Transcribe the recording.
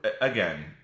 Again